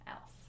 else